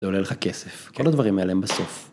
זה עולה לך כסף, כל הדברים האלה הם בסוף.